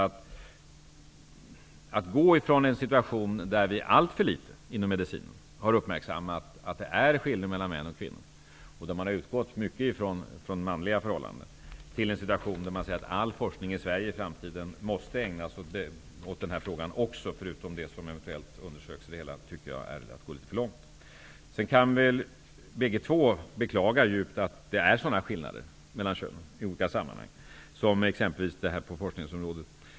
Att gå från en situation där man inom medicinen alltför litet har uppmärksammat skillnaden mellan män och kvinnor och mycket utgått från manliga förhållanden till en situation där man säger att all forskning i Sverige i framtiden måste ägna sig också åt denna fråga förutom det som eventuellt har undersökts redan tycker jag är att gå litet för långt. Vi kan båda djupt beklaga att det är sådana skillnader mellan könen i olika sammanhang, t.ex. på forskningsområdet.